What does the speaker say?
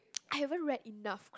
I haven't read enough